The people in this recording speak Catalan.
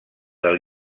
del